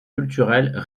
culturelles